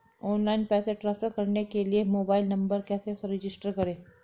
Online पैसे transfer करने के लिए मोबाइल नंबर कैसे रजिस्टर करें?